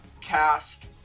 cast